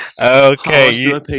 Okay